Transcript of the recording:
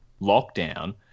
lockdown